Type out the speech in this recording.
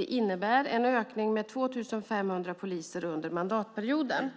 Det innebär en ökning med 2 500 poliser under mandatperioden.